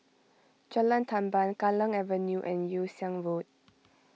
Jalan Tamban Kallang Avenue and Yew Siang Road